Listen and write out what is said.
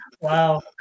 wow